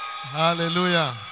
Hallelujah